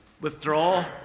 withdraw